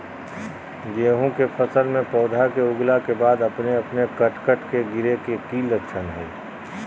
गेहूं के फसल में पौधा के उगला के बाद अपने अपने कट कट के गिरे के की लक्षण हय?